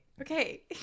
okay